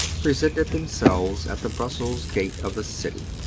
presented themselves at the brussels gate of the city.